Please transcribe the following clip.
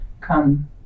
come